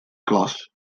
klas